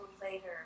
later